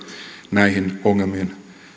näihin ongelmiin